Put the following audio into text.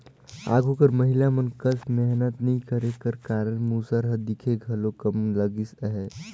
आघु कर महिला मन कस मेहनत नी करे कर कारन मूसर हर दिखे घलो कम लगिस अहे